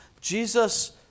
Jesus